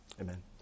Amen